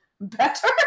better